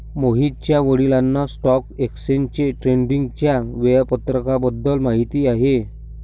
मोहितच्या वडिलांना stock exchange ट्रेडिंगच्या वेळापत्रकाबद्दल माहिती आहे